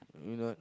I mean got